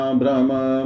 brahma